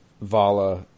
Vala